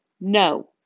No